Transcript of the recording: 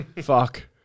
Fuck